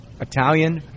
Italian